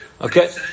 Okay